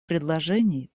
предложений